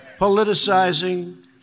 politicizing